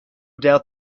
doubt